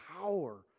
power